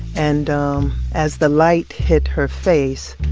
and um as the light hit her face,